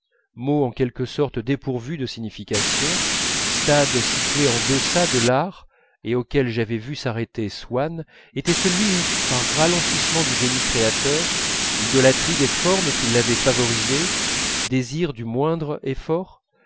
mot en quelque sorte dépourvu de signification stade situé en deçà de l'art et auquel j'avais vu s'arrêter swann était celui où par ralentissement du génie créateur idolâtrie des formes qui l'avaient favorisé désir du moindre effort